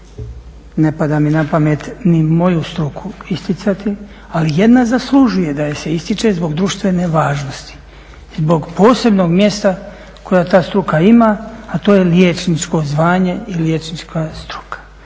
ne pada mi na pamet ni moju struku isticati, ali jedna zaslužuje da je se ističe zbog društvene važnosti, zbog posebnog mjesta koje ta struka ima, a to je liječničko zvanje i liječnička struka.